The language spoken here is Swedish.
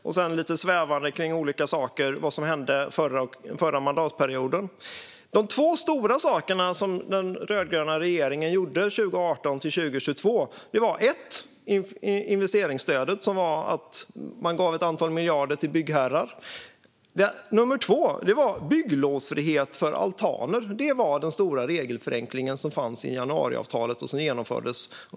Sedan är han lite svävande kring olika saker som hände under förra mandatperioden. De två stora sakerna som den rödgröna regeringen gjorde 2018-2022 var investeringsstödet, som innebar att man gav ett antal miljarder till byggherrar, och bygglovsfrihet för altaner. Det var den stora regelförenklingen som fanns med i januariavtalet och som genomfördes.